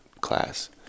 class